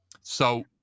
So-